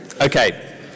Okay